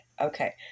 Okay